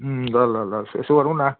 उम् ल ल ल यसो गरौँ न